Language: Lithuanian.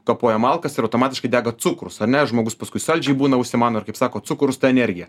kapoja malkas ir automatiškai dega cukrus ar ne žmogus paskui saldžiai būna užsimano ir kaip sako cukrus ta energija